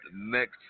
next